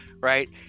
right